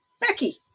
Becky